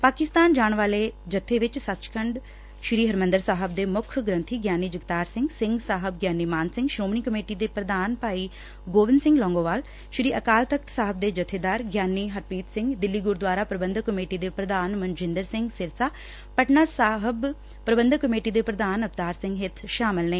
ਪਾਕਿਸਤਾਨ ਜਾਣ ਵਾਲੇ ਜੱਬੇ ਵਿਚ ਸੱਚਖੰਡ ਸ੍ਰੀ ਹਰਿਮੰਦਰ ਸਾਹਿਬ ਦੇ ਮੁੱਖ ਗ੍ਰੰਬੀ ਗਿਆਨੀ ਜਗਤਾਰ ਸਿੰਘ ਸਿੰਘ ਸਾਹਿਬ ਗਿਆਨੀ ਮਾਨ ਸਿੰਘ ਸ੍ਰੋਮਣੀ ਕਮੇਟੀ ਦੇ ਪ੍ਰਧਾਨ ਭਾਈ ਗੋਬਿੰਦ ਸਿੰਘ ਲੌਂਗੋਵਾਲ ਸ੍ਰੀ ਅਕਾਲ ਤਖ਼ਤ ਸਾਹਿਬ ਦੇ ਜਬੇਦਾਰ ਗਿਆਨੀ ਹਰਪ੍ਰੀਤ ਸਿੰਘ ਦਿੱਲੀ ਗੁਰਦੁਆਰਾ ਪ੍ਰਬੰਧਕ ਕਮੇਟੀ ਦੇ ਪ੍ਰਧਾਨ ਮਨਜਿੰਦਰ ਸਿੰਘ ਸਿਰਸਾ ਪਟਨਾ ਸਾਹਿਬ ਪ੍ਰਬੰਧਕ ਕਮੇਟੀ ਦੇ ਪ੍ਰਧਾਨ ਅਵਤਾਰ ਸਿੰਘ ਹਿੱਤ ਸ਼ਾਮਲ ਹਨ